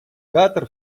катар